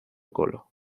colo